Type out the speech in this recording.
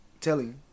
Telling